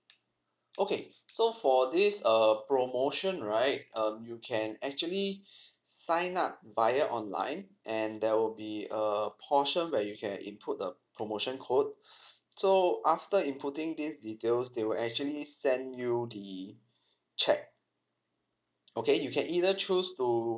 okay so for this uh promotion right um you can actually sign up via online and there will be a portion where you can input a promotion code so after inputting these details they will actually send you the check okay you can either choose to